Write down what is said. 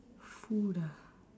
food ah